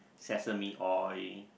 sesame oil